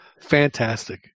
fantastic